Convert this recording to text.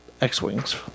X-Wings